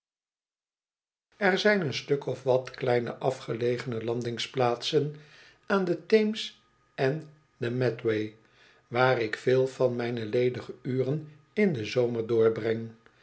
er zijn een stuk of wat kleine afgelegene landingsplaatsen aan den teems en de medway waar ik veel van mijne ledige uren in den zomer doorbreng